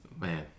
Man